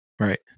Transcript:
Right